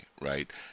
right